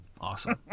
Awesome